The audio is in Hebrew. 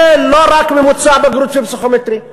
זה לא רק ממוצע בגרות ופסיכומטרי.